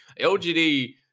LGD